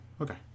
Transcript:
Okay